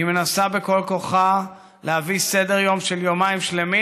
היא מנסה בכל כוחה להביא סדר-יום של יומיים שלמים.